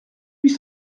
huit